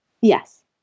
Yes